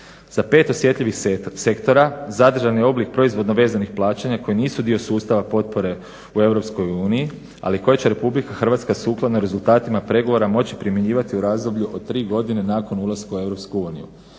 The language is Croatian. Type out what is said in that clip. Za 5 osjetljivih sektora zadržan je oblik proizvodno vezanih plaćanja koji nisu dio sustava potpore u Europskoj uniji, ali koje će Republika Hrvatsko sukladno rezultatima pregovora moći primjenjivati u razdoblju od 3 godine nakon ulaska u